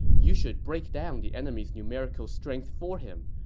you should break down the enemy's numerical strength for him.